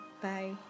Bye